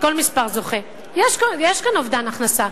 וחוזר ומוסיף: זה התחלה,